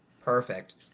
Perfect